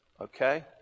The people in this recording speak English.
Okay